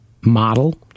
model